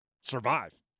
survive